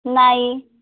नाही